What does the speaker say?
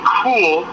cool